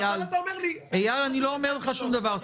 ועכשיו אתה אומר לי --- אני לא אומר לך שום דבר.